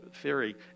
theory